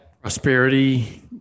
Prosperity